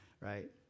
right